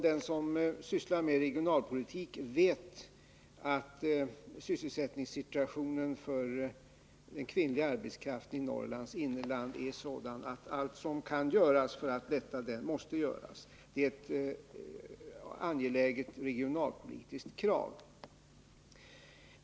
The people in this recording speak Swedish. Den som sysslar med regionalpolitik vet tvärtom att sysselsättningssituationen för kvinnlig arbetskraft i Norrlands inland är sådan att allt som kan göras för att lätta situationen måste göras. Det är ett angeläget regionalpolitiskt krav.